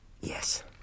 Yes